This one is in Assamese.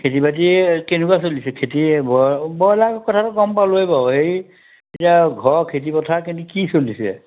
খেতি বাতি কেনেকুৱা চলিছে খেতি ব্ৰইলাৰ কথাটো গম পালোঁৱেই বাৰু হেৰি এতিয়া ঘৰৰ খেতিপথাৰ কি চলিছে